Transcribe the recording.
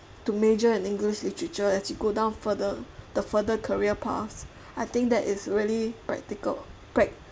to major in english literature as you go down further the further career path I think that it's really practical